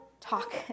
talk